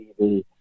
TV